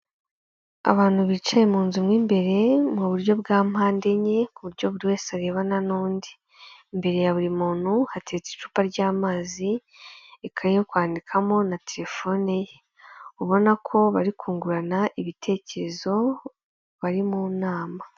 Abantu bicaye mu nzu mo imbere, mu buryo bwa mpande enye, ku buryo buri wese arebana n'undi. Imbere ya buri muntu hateretse icupa ry'amazi, ikaye yo kwandikamo na telefone ye. Ubona ko bari kungurana ibitekerezo bari mu nama.